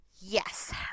Yes